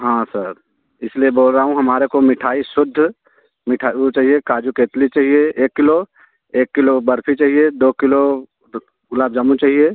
हाँ सर इसलिए बोल रहा हूँ हमारे को मिठाई शुद्ध मीठा वो चाहिए काजू कतली चाहिए एक किलो एक किलो बर्फी चाहिए दो किलो गुलाब जामुन चाहिए